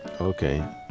Okay